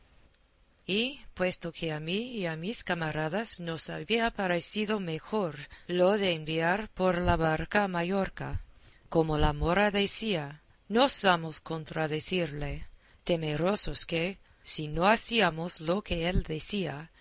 y puesto que a mí y a mis camaradas nos había parecido mejor lo de enviar por la barca a mallorca como la mora decía no osamos contradecirle temerosos que si no hacíamos lo que él decía